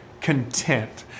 content